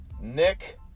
Nick